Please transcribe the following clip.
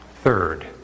Third